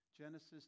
Genesis